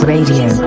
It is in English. Radio